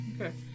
Okay